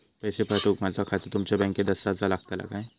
पैसे पाठुक माझा खाता तुमच्या बँकेत आसाचा लागताला काय?